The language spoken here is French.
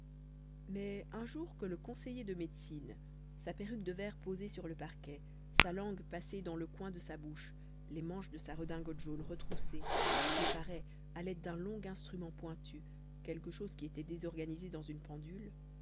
mais un jour que le conseiller de médecine sa perruque de verre posée sur le parquet sa langue passée dans le coin de sa bouche les manches de sa redingote jaune retroussée réparait à l'aide d'un long instrument pointu quelque chose qui était désorganisé dans une pendule